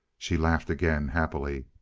she laughed again happily.